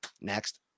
next